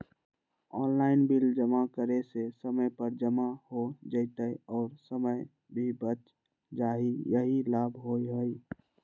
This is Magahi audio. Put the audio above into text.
ऑनलाइन बिल जमा करे से समय पर जमा हो जतई और समय भी बच जाहई यही लाभ होहई?